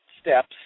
steps